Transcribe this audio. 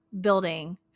building